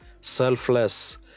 selfless